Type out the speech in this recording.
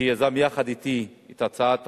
שיזם יחד אתי את הצעת החוק,